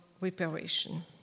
reparation